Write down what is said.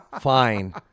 Fine